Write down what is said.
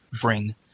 bring